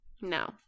No